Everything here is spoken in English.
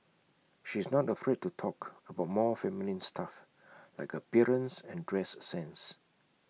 she is not afraid to talk about more feminine stuff like her appearance and dress sense